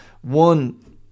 one